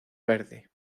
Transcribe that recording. verde